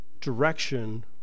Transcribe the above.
direction